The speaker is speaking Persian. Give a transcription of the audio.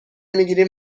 میگیریم